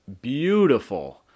beautiful